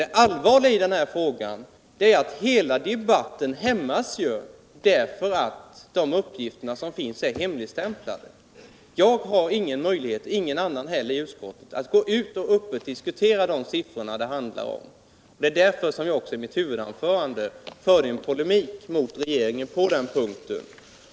Det allvarliga i den här frågan är att hela debatten hämmas på grund av att uppgifter är hemligstämplade. Jag har sålunda ingen möjlighet — och det har ingen annan i utskottet heller — att öppet diskutera de siffror det handlar om, och det är också därför som jag i mitt huvudanförande polemiserar mot regeringen på den punkten.